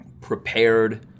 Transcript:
prepared